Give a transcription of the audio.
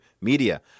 media